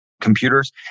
computers